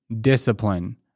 discipline